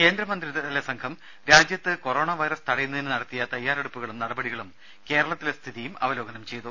കേന്ദ്രമന്ത്രി തല സംഘം രാജ്യത്ത് കൊറോണ വൈറസ് തടയുന്ന തിന് നടത്തിയ തയാറെടുപ്പുകളും നടപട്ടികളും കേരളത്തിലെ സ്ഥിതിയും അവലോകനം ചെയ്തു